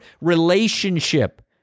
relationship